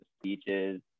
speeches